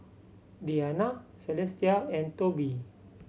Deana Celestia and Tobi